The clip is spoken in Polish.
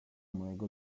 mojego